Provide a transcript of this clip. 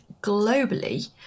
globally